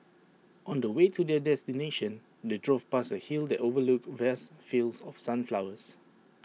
on the way to their destination they drove past A hill that overlooked vast fields of sunflowers